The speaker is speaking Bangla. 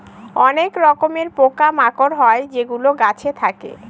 অনেক রকমের পোকা মাকড় হয় যেগুলো গাছে থাকে